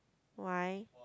why